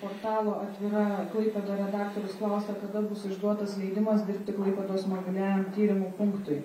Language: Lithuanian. portalo atvira klaipėda redaktorius klausia kada bus išduotas leidimas dirbti klaipėdos mobiliajam tyrimų punktui